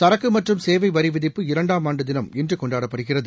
சரக்கு மற்றும் சேவை வரி விதிப்பு இரண்டாம் ஆண்டு தினம் இன்று கொண்டாடப்படுகிறது